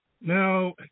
Now